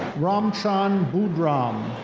ramchan boodram.